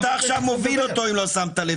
אתה מוביל אותו עכשיו אם לא שמת לב,